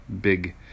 big